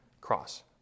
cross